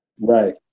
Right